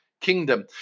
kingdom